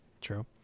True